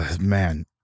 man